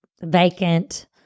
vacant